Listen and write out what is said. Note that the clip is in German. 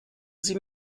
sie